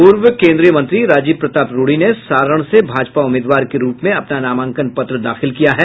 पूर्व कोन्द्रीय मंत्री राजीव प्रताप रूढ़ी ने सारण से भाजपा उम्मीदवार के रूप में अपना नामांकन पत्र दाखिल किया है